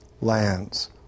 lands